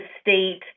state